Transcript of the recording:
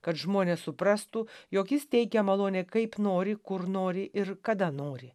kad žmonės suprastų jog jis teikia malonę kaip nori kur nori ir kada nori